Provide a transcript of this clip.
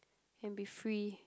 and be free